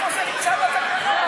איפה זה נמצא בתקנון?